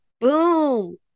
boom